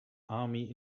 army